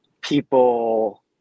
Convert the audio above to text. people